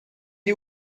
die